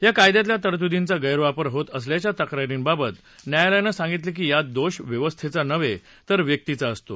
या कायद्यातल्या तरतुदींचा गैरवापर होत असल्याच्या तक्रारींबाबत न्यायालयानं सांगितलं की यात दोष व्यवस्थाची नव्ह तिर व्यक्तीचा असतो